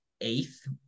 eighth